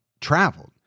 traveled